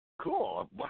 Cool